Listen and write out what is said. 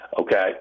okay